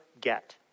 get